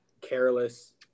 careless